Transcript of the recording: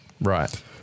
Right